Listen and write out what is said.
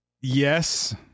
Yes